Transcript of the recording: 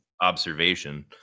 observation